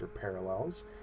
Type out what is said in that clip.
parallels